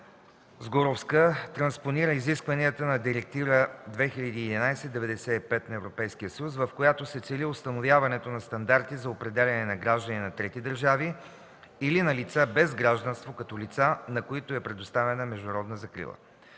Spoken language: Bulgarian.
Сгуровска, транспонира изискванията на Директива 2011/95/ЕС, с която се цели установяването на стандарти за определяне на граждани на трети държави или на лица без гражданство като лица, на които е предоставена международна закрила.